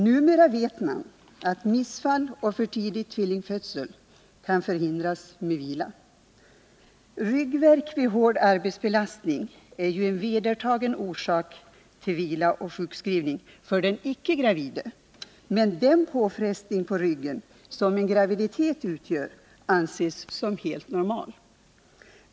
Numera vet man att missfall och för tidig tvillingfödsel kan förhindras med vila. Ryggvärk vid hård arbetsbelastning är ju en vedertagen orsak till vila och sjukskrivning för den icke gravida, men den påfrestning på ryggen som en graviditet utgör betraktas som helt normal.